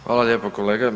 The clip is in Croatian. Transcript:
Hvala lijepo kolega.